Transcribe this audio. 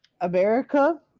America